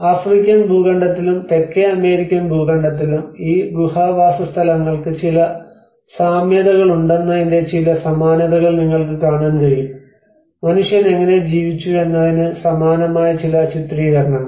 African ഭൂഖണ്ഡത്തിലും തെക്കേ American ഭൂഖണ്ഡത്തിലും ഈ ഗുഹ വാസസ്ഥലങ്ങൾക്ക് ചില സാമ്യതകളുണ്ടെന്നതിന്റെ ചില സമാനതകൾ നിങ്ങൾക്ക് കാണാൻ കഴിയും മനുഷ്യൻ എങ്ങനെ ജീവിച്ചു എന്നതിന് സമാനമായ ചില ചിത്രീകരണങ്ങൾ